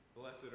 Blessed